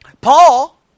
Paul